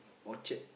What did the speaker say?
Orchard